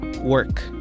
work